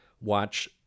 watch